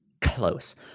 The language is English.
close